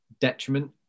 detriment